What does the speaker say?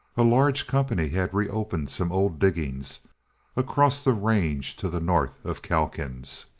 a large company had reopened some old diggings across the range to the north of calkins,